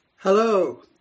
Hello